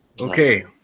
okay